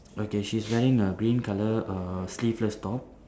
okay she is wearing a green color err sleeveless top